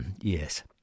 Yes